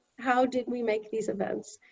how did we make these events?